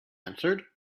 answered